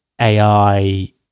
AI